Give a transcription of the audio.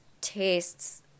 tastes